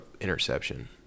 interception